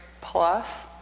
plus